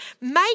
Make